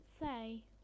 say